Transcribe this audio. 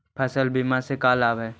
फसल बीमा से का लाभ है?